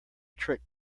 trick